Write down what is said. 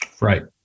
Right